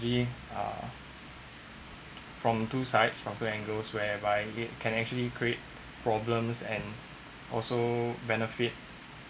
uh from two sides from two angles where by it can actually create problems and also benefit